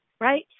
right